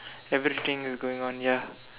everything is going on ya